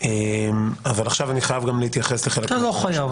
אבל עכשיו אני חייב להתייחס גם -- אתה לא חייב.